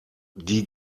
die